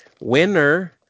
winner